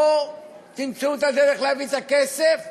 או שתמצאו את הדרך להביא את הכסף,